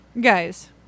Guys